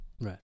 Right